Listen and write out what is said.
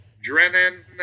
drennan